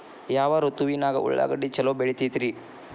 ಯಾವ ಋತುವಿನಾಗ ಉಳ್ಳಾಗಡ್ಡಿ ಛಲೋ ಬೆಳಿತೇತಿ ರೇ?